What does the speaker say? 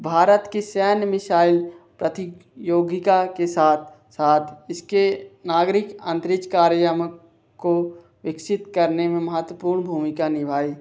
भारत की सैन्य मिसाइल प्रतियोगिता के साथ साथ इसके नागरिक अंतरिक्ष कार्यामक को विकसित करने में महत्वपूर्ण भूमिका निभाई